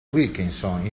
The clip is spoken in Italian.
wilkinson